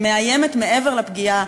שמאיימת מעבר לפגיעה